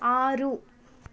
ಆರು